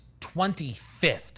25th